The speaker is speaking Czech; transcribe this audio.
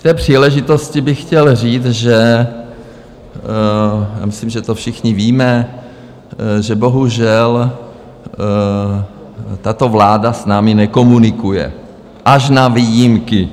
Při té příležitosti bych chtěl říct a myslím, že to všichni víme že bohužel tato vláda s námi nekomunikuje, až na výjimky.